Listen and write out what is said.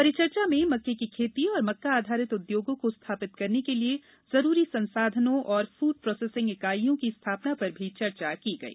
परिचर्चा में मक्के की खेती और मक्का आधारित उद्योगों को स्थापित करने के लिये जरूरी संसाधनों और फूड प्रोसेसिंग इकाइयों की स्थापना पर भी चर्चा की गई